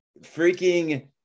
Freaking